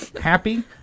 Happy